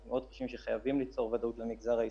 אנחנו מאוד חושבים שחייבים ליצור ודאות במגזר העסקי,